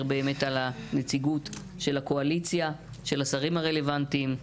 באמת על הנציגות של הקואליציה של השרים הרלוונטיים.